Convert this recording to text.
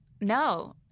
no